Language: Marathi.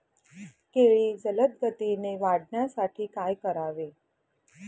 केळी जलदगतीने वाढण्यासाठी काय करावे?